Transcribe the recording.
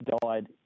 died